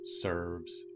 serves